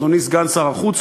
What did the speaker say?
אדוני סגן שר החוץ,